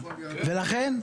ולכן,